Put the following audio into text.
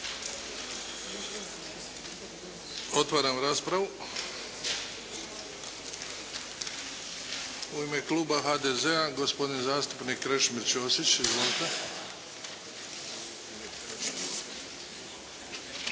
Otvaram raspravu. U ime kluba HDZ-a gospodin zastupnik Krešimir Ćosić. Izvolite.